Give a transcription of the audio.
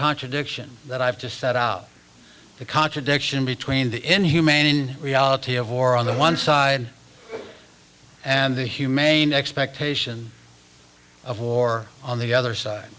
contradiction that i've just said the contradiction between the inhumane reality of war on the one side and the humane expectation of war on the other side